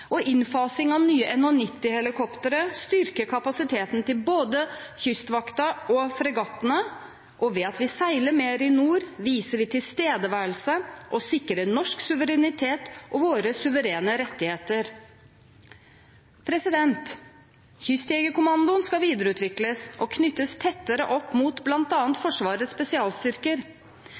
og innfasing av nye NH90-helikoptre styrker kapasiteten til både Kystvakten og fregattene. Og ved at vi seiler mer i nord, viser vi tilstedeværelse og sikrer norsk suverenitet og våre suverene rettigheter. Kystjegerkommandoen skal videreutvikles og knyttes tettere opp mot bl.a. Forsvarets spesialstyrker.